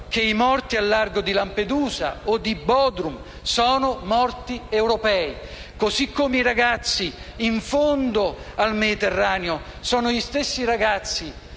i morti a largo di Lampedusa o di Bodrum sono morti europei. Così come i ragazzi in fondo al Mediterraneo sono gli stessi ragazzi